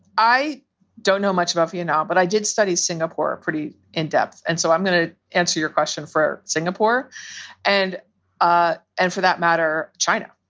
i don't know much about vietnam, but i did studies singapore pretty in-depth. and so i'm going to answer your question for singapore and ah and for that matter, china.